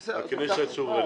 הסכמים צריך לכבד.